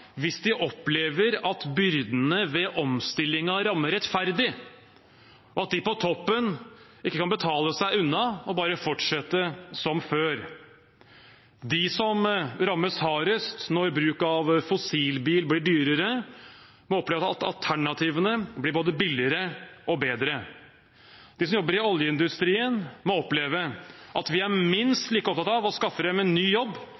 hvis de opplever at byrdene ved omstillingen rammer rettferdig, og at de på toppen ikke kan betale seg unna og bare fortsette som før. De som rammes hardest når bruk av fossilbil blir dyrere, må oppleve at alternativene blir både billigere og bedre. De som jobber i oljeindustrien, må oppleve at vi er minst like opptatt av å skaffe dem en ny jobb